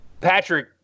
Patrick